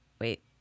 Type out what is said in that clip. Wait